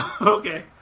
Okay